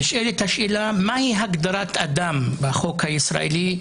נשאלת השאלה מהי הגדרת אדם בחוק הישראלי.